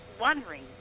Wondering